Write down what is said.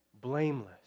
blameless